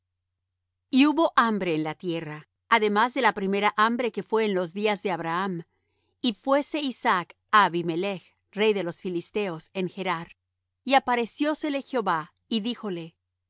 y hubo hambre en la tierra además de la primera hambre que fué en los días de abraham y fuése isaac á abimelech rey de los filisteos en gerar y apareciósele jehová y díjole